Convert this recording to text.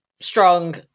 strong